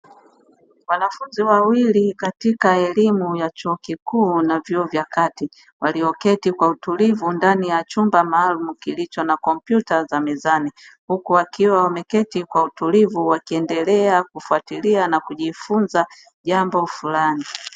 Wanafunzi wawili katika elimu ya chuo kikuu na vyuo vya kati walioketi kwa utulivu ndani ya chumba maalum kilicho na kompyuta za mezani huku wakiwa wameketi kwa utulivu wakiendelea kufuatilia na kujifunza jambo fulani.